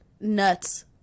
Nuts